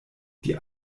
die